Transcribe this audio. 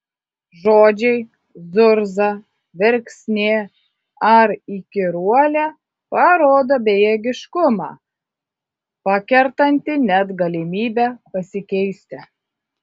žodžiai zurza verksnė ar įkyruolė parodo bejėgiškumą pakertantį net galimybę pasikeisti